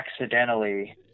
accidentally